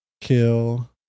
kill